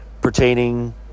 Pertaining